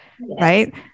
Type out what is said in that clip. right